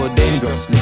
dangerous